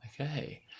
Okay